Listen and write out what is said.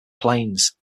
planes